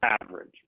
average